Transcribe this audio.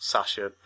Sasha